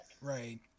Right